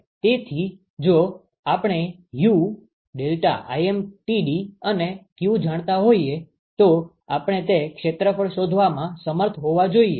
તેથી જો આપણે U ∆Tlmtd અને q જાણતા હોઈએ તો આપણે તે ક્ષેત્રફળ શોધવામાં સમર્થ હોવા જોઈએ